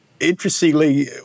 Interestingly